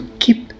keep